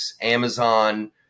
Amazon